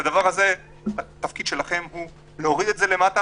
התפקיד שלכם הוא להוריד את הדבר הזה למטה.